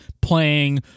playing